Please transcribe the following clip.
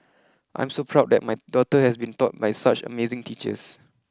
I'm so proud that my daughter has been taught by such amazing teachers